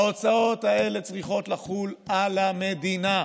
ההוצאות האלה צריכות לחול על המדינה.